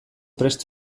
prest